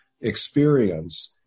experience